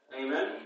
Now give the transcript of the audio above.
Amen